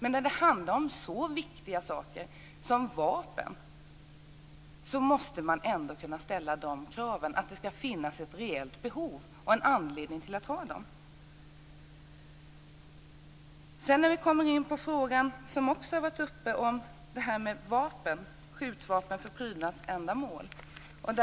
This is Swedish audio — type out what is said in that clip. När det handlar om så viktiga saker som vapen måste man kunna ställa kravet att det ska finnas ett reellt behov av dem och en anledning till att man har dem. Sedan kommer jag in på den fråga som också har varit uppe om skjutvapen för prydnadsändamål.